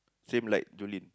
same like Jolene